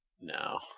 No